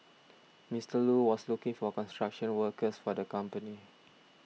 Mister Lu was looking for construction workers for the company